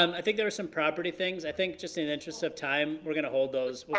um i think there were some property things, i think just in interest of time we're gonna hold those,